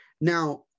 Now